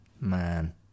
man